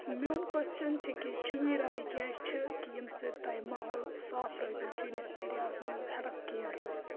میون کوسچن چھِ کہِ چٲنۍ راے کیٛاہ چھِ کہِ ییٚمہِ سۭتۍ تۄہہِ ماحول صاف روزِو چٲنِس ایریاہَس منٛز ہٮ۪لٕتھ کِیَر روزِ